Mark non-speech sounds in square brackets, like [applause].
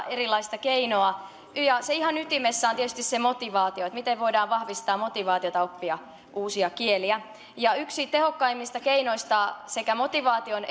[unintelligible] erilaista keinoa ja ihan ytimessä on tietysti se motivaatio miten voidaan vahvistaa motivaatiota oppia uusia kieliä yksi tehokkaimmista keinoista sekä motivaation [unintelligible]